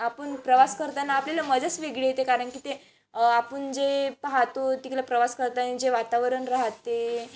आपण प्रवास करताना आपल्याला मजाच वेगळी येते कारणकी ते आपण जे पाहतो तिकडे प्रवास करताना जे वातावरण राहते